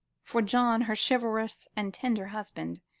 for john, her chivalrous and tender husband,